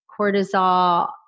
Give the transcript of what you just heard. cortisol